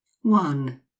One